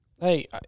hey